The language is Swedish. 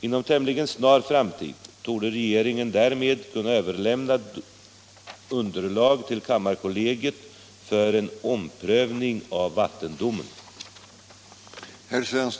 Inom tämligen snar framtid torde regeringen därmed kunna överlämna underlag till kammarkollegiet för en omprövning av vattendomen.